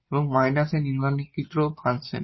এবং মাইনাস এই construction function